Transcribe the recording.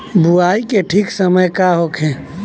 बुआई के ठीक समय का होखे?